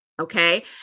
Okay